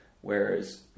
Whereas